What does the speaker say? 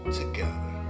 together